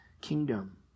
kingdom